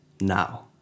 now